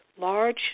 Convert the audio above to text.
large